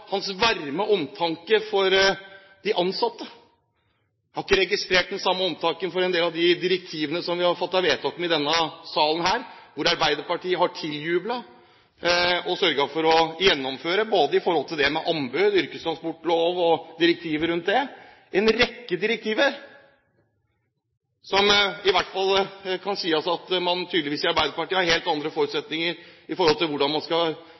hans varme omtanke for de ansatte. Jeg har ikke registrert den samme omtanken når det gjelder en del av de direktivene vi har fattet vedtak om i denne salen. Arbeiderpartiet har tiljublet og sørget for å gjennomføre – både i forhold til det med anbud, yrkestransportlov og direktivet rundt det – en rekke direktiver der Arbeiderpartiet tydeligvis forutsetter helt andre ting i forhold til hvordan man skal ta vare på ansatte i forskjellige bedrifter eller virksomheter, og i forhold til